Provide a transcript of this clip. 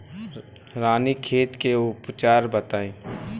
रानीखेत के उपचार बताई?